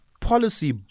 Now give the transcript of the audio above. policy